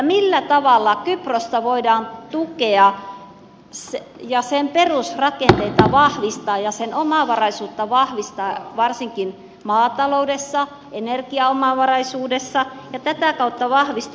millä tavalla kyprosta voidaan tukea ja sen perusrakenteita vahvistaa ja sen omavaraisuutta vahvistaa varsinkin maataloudessa energiaomavaraisuudessa ja tätä kautta vahvistaa